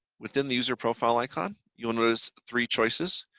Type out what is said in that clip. within the user profile icon, you'll notice three choices.